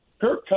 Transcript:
Kirk